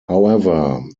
however